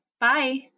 Bye